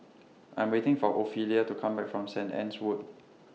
I'm waiting For Ophelia to Come Back from Saint Anne's Wood